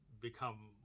become